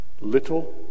Little